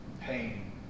pain